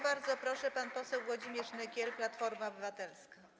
Bardzo proszę, pan poseł Włodzimierz Nykiel, Platforma Obywatelska.